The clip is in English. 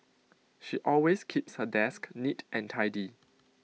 she always keeps her desk neat and tidy